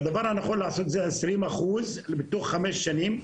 והדבר הנכון לעשות זה 20% בתוך 5 שנים.